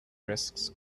risks